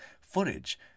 footage